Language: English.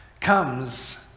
comes